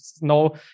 no